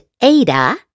Ada